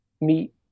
meet